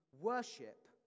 worship